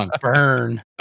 burn